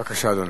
בבקשה, אדוני.